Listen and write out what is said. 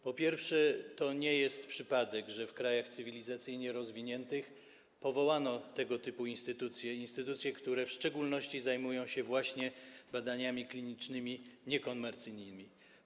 Po pierwsze, to nie jest przypadek, że w krajach cywilizacyjnie rozwiniętych powołano tego typu instytucje, które w szczególności zajmują się badaniami klinicznymi niekomercyjnymi.